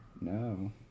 No